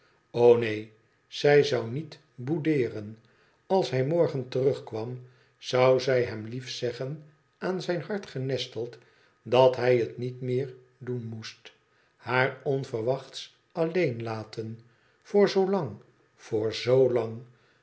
o neen zij zou niet boudeeren als hij morgen terug kwam zou zij hem lief zeggen aan zijn hart genesteld dat hij het niet meer doen moest haar onverwachts alleen laten voor zoo lang voor